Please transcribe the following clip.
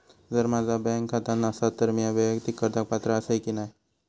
जर माझा बँक खाता नसात तर मीया वैयक्तिक कर्जाक पात्र आसय की नाय?